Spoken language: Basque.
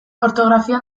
ortografia